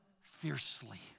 fiercely